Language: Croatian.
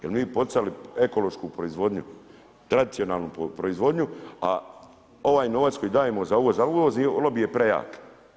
Jer bi mi poticali ekološku proizvodnju, tradicionalnu proizvodnju, a ovaj novac koji dajemo za uvoz, a uvozni lobij je prejak.